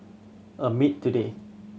at today